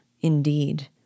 indeed